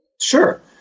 Sure